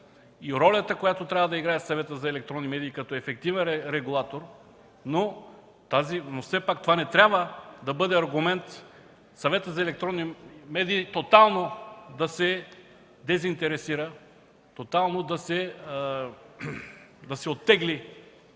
и ролята, която трябва да играе Съветът за електронни медии, като ефективен регулатор, но все пак това не трябва да бъде аргумент Съветът за електрони медии тотално да се дезинтересира, тотално да се оттегли